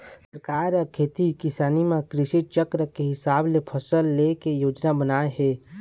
सरकार ह खेती किसानी म कृषि चक्र के हिसाब ले फसल ले के योजना बनाए हे